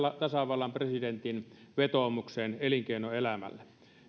tasavallan presidentin vetoomukseen elinkeinoelämälle